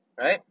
right